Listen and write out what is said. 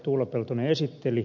tuula peltonen esitteli